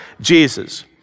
Jesus